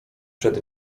przed